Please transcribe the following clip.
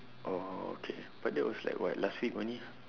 oh okay but that was like what last week only